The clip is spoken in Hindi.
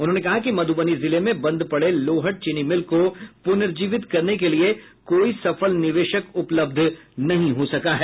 उन्होंने कहा कि मधुबनी जिले में बंद पड़े लोहट चीनी मिल को पुनर्जीवित करने के लिए कोई सफल निवेशक उपलब्ध नहीं हो सका है